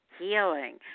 healing